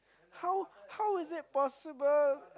how how was it possible